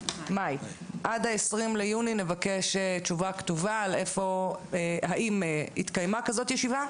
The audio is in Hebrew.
ועד 20 ביוני נבקש תשובה כתובה לשאלה האם התקיימה כזאת ישיבה,